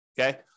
okay